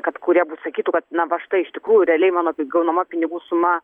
kad kurie pasakytų kad na va štai iš tikrųjų realiai mano gaunama pinigų suma